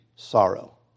sorrow